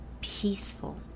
peaceful